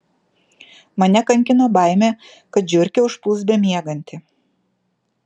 mane kankino baimė kad žiurkė užpuls bemiegantį